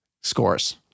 scores